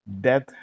death